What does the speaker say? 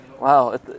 Wow